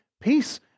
peace